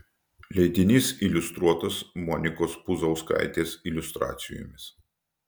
leidinys iliustruotas monikos puzauskaitės iliustracijomis